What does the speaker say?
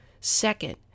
Second